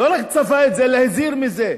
לא רק צפה את זה, אלא הזהיר מזה.